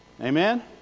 Amen